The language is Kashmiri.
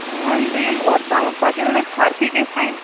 وۅںۍ بہٕ یِمہٕ اوتام پَتہٕ ییٚلہِ نہٕ اتہِ فرقٕے گژھِ کٕہٕنٛۍ